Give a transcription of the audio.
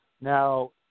Now –